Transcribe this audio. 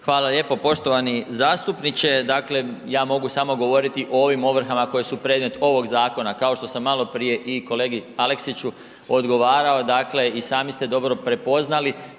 Hvala lijepo. Poštovani zastupniče. Dakle ja mogu govoriti samo o ovom ovrhama koje su predmet ovog zakona. Kao što sam maloprije i kolegi Aleksiću odgovarao i sami ste dobro prepoznali